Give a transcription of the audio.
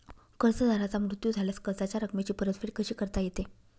कर्जदाराचा मृत्यू झाल्यास कर्जाच्या रकमेची परतफेड कशी करता येते?